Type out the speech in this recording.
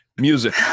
music